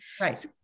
right